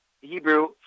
Hebrew